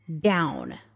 down